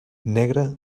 negre